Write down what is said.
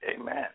Amen